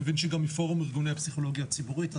אני מבין שהיא גם מפורום ארגוני הפסיכולוגיה הציבורית.